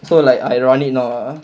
so like ironic you know